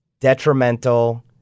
detrimental